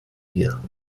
wir